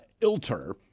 Ilter